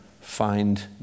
find